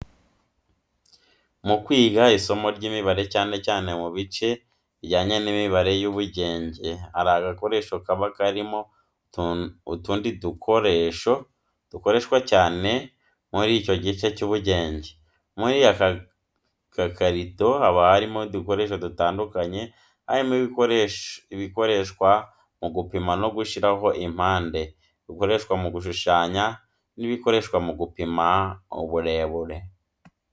Mu kwiga isomo ry'imibare cyane cyane mu bice bijyanye n’imibare y’ubugenge, hari agakoresho kaba karimo utundi dukoresho dukoreshwa cyane muri icyo gice cy'ubugenge, muri aka gakarito haba harimo udukoresho dutandukanye, harimo ibikoreshwa mu gupima no gushyiraho impande, ibikoreshwa mu gushushanya n'ibikoreshwa mu gupima uburebure.